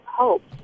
hope